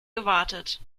gewartet